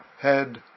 head